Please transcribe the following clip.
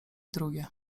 drugie